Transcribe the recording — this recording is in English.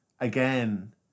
again